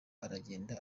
aragenda